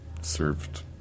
served